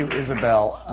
isabelle.